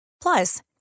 Plus